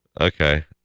Okay